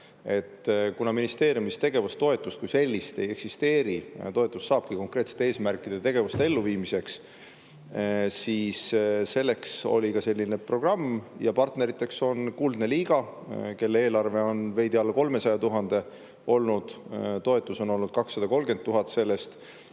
ministeeriumis tegevustoetust kui sellist ei eksisteeri, toetust saabki konkreetsete eesmärkide ja tegevuste elluviimiseks, siis selleks oli ka selline programm. Partneriteks on Kuldne Liiga, kelle eelarve on veidi alla 300 000 olnud, toetus on olnud 230 000 sellest,